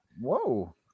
Whoa